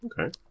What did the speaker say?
Okay